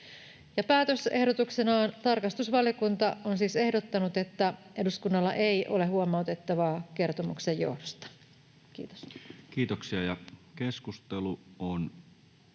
Päätösehdotuksenaan tarkastusvaliokunta on siis ehdottanut, että eduskunnalla ei ole huomautettavaa kertomuksen johdosta. — Kiitos. Ainoaan käsittelyyn